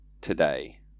today